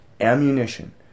ammunition